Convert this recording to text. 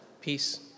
peace